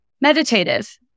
Meditative